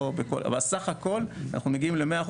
בסך הכל אנחנו מגיעים ל-100%,